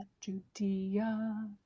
Judea